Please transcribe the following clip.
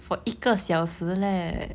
for 一个小时 leh